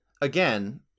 again